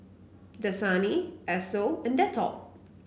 Dasani Esso and Dettol